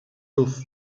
luz